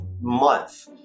month